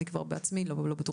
אני כבר בעצמי לא בטוחה